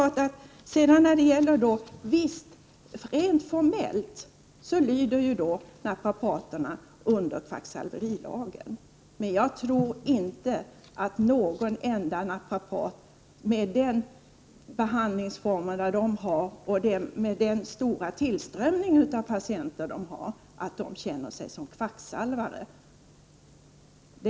Rent formellt lyder naprapaterna under kvacksalverilagen. Jag kan dock inte tänka mig att någon enda naprapat, med tanke på de behandlingsformer som dessa kan erbjuda och med tanke på den tillströmning av patienter som dessa kan notera, känner sig som kvacksalvare.